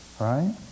right